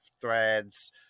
threads